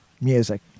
music